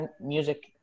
music